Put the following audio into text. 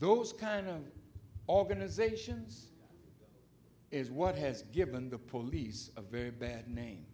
those kind of organizations is what has given the police a very bad name